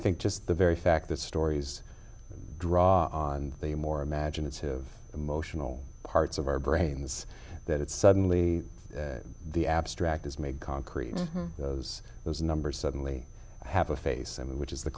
think just the very fact that stories draw on the more imaginative emotional parts of our brains that it suddenly the abstract is made concrete those those numbers suddenly have a face which is